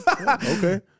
Okay